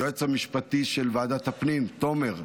היועץ המשפטי של ועדת הפנים תומר,